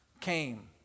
came